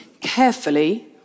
carefully